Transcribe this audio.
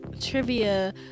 trivia